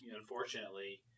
unfortunately